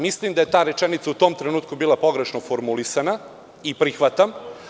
Mislim da je ta rečenica u tom trenutku bila pogrešno formulisana i prihvatam.